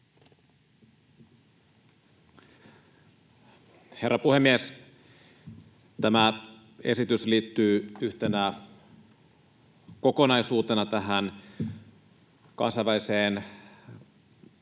Herra puhemies! Tämä esitys liittyy yhtenä kokonaisuutena tähän kansainväliseen verovälttelyn